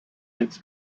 ins